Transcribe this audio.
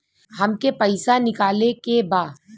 हमके पैसा निकाले के बा